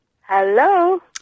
Hello